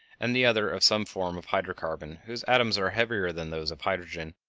and the other of some form of hydro-carbon whose atoms are heavier than those of hydrogen,